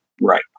Right